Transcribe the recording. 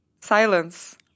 silence